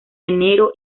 enero